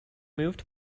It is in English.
moved